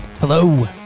Hello